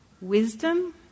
Wisdom